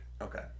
Okay